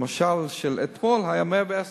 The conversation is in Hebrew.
למשל אתמול זה היה 110%,